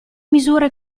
misura